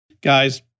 Guys